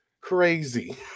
crazy